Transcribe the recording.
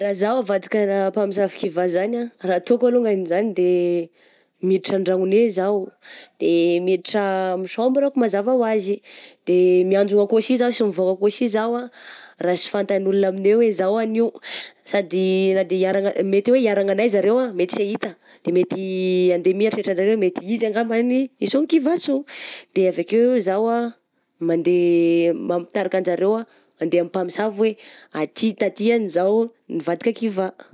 Raha zaho avadikana mpamosavy kivà zany ah, raha ataoko alongany zany de miditra an-dragnonay zaho, de miditra amin'ny chambre-ako mazava ho azy, de mianjona akao sy zah sy mivaoka akao sy zaho ah raha sy fantan'ny olona aminay hoe zaho any io, sady na de iharana mety hoe iharanagna zareo ah, mety sy hahita de mety hande my ny eritreritry zareo hoe mety izy angambany izao kivà zao, de avy akeo izaho ah mandeha ma-mitarika anjareo ah mandeha amin'ny mpamosavy hoe handeha taty an'izao nivadika kivà.